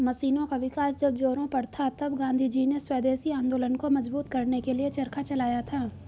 मशीनों का विकास जब जोरों पर था तब गाँधीजी ने स्वदेशी आंदोलन को मजबूत करने के लिए चरखा चलाया था